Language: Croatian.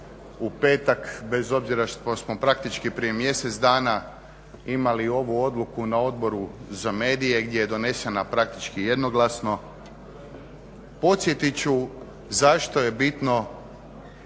u petak, bez obzira što smo praktički prije mjesec dana imali ovu odluku na Odboru za medije gdje je donesena praktički jednoglasno. Podsjetiti ću zašto je bitno